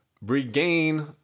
regain